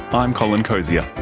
i'm colin cosier